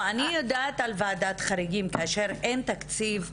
אני יודעת על ועדת חריגים כאשר אין תקציב.